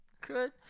good